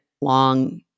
long